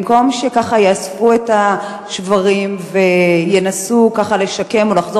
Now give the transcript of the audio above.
במקום שככה יאספו את השברים וינסו לשקם או לחזור